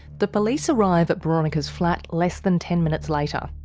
the police arrive at boronika's flat less than ten minutes later.